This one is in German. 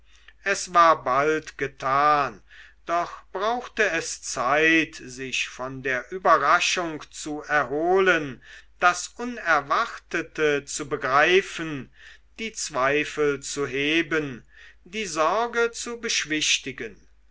es war bald getan doch brauchte es zeit sich von der überraschung zu erholen das unerwartete zu begreifen die zweifel zu heben die sorge zu beschwichtigen